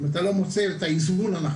אם אתה לא מוצא את האיזון הנכון.